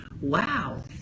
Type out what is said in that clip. wow